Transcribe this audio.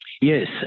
Yes